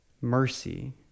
Mercy